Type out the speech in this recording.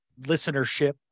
listenership